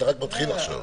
אתה רק מתחיל עכשיו.